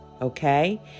Okay